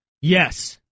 Yes